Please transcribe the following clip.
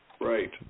Right